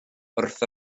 wrth